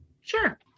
Sure